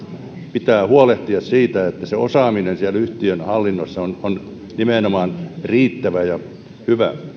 pitää huolehtia siitä että se osaaminen yhtiön hallinnossa on on nimenomaan riittävä ja hyvä